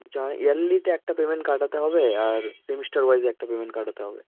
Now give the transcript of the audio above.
আচ্ছা ইয়ার্লিতে একটা পেমেন্ট কাটাতে হবে আর সেমেস্টার ওয়াইজ একটা পেমেন্ট কাটাতে হবে